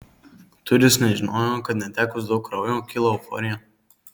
turis nežinojo kad netekus daug kraujo kyla euforija